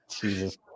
Jesus